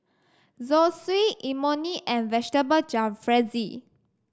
Zosui Imoni and Vegetable Jalfrezi